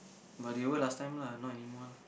but they were last time lah not anymore lah